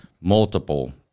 multiple